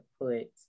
put